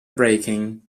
breaking